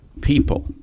people